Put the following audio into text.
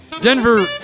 Denver